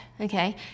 okay